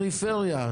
בפריפריה.